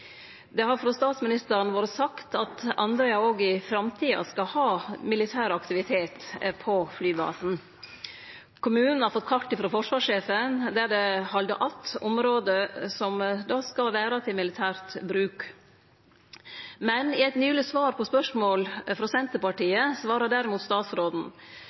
Det har frå statsministeren vore sagt at Andøya òg i framtida skal ha militær aktivitet på flybasen. Kommunen har fått kart frå forsvarssjefen der ein har halde att område som skal vere til militært bruk. Men i eit nyleg svar på spørsmål frå Senterpartiet svara derimot statsråden